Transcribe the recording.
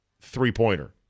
three-pointer